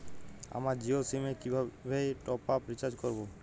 আমার জিও সিম এ কিভাবে টপ আপ রিচার্জ করবো?